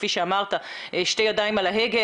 כפי שאמרת, שתי ידיים על ההגה.